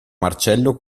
marcello